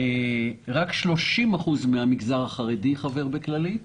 רק 30% מן המגזר החרדי חבר בכללית,